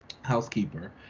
housekeeper